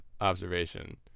observation